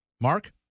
Mark